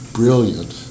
brilliant